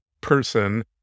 person